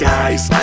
Guys